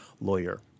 lawyer